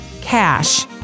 Cash